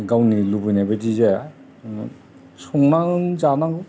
गावनि लुबैनाय बायदि जाया संनानै जानांगौ